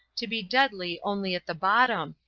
to be deadly only at the bottom,